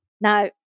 now